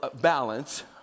balance